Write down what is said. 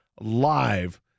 live